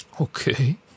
Okay